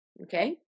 okay